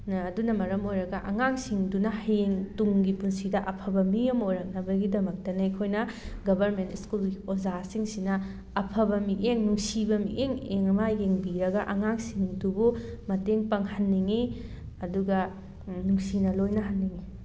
ꯑꯗꯨꯅ ꯃꯔꯝ ꯑꯣꯏꯔꯒ ꯑꯉꯥꯡꯁꯤꯡꯗꯨꯅ ꯍꯌꯦꯡ ꯇꯨꯡꯒꯤ ꯄꯨꯟꯁꯤꯗ ꯑꯐꯕ ꯃꯤ ꯑꯃ ꯑꯣꯏꯔꯛꯅꯕꯒꯤꯗꯃꯛꯇ ꯑꯩꯈꯣꯏꯅ ꯒꯕꯔꯃꯦꯟ ꯁ꯭ꯀꯨꯜꯒꯤ ꯑꯣꯖꯥꯁꯤꯡꯁꯤꯅ ꯑꯐꯕ ꯃꯤꯠꯌꯦꯡ ꯅꯨꯡꯁꯤꯕ ꯃꯤꯠꯌꯦꯡ ꯌꯦꯡꯕꯤꯔꯒ ꯑꯉꯥꯡꯁꯤꯡꯗꯨꯕꯨ ꯃꯇꯦꯡ ꯄꯥꯡꯍꯟꯅꯤꯡꯉꯤ ꯑꯗꯨꯒ ꯅꯨꯡꯁꯤꯅ ꯂꯣꯏꯅꯍꯟꯅꯤꯡꯉꯤ